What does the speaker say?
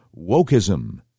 wokeism